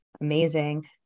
Amazing